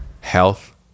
health